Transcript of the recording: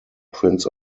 prince